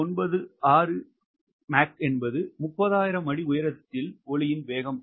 6 என்பது 30000 அடி உயரத்தித்தில் ஒலியின் வேகம்